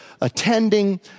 attending